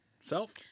Self